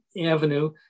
Avenue